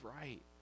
right